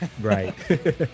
Right